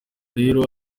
rero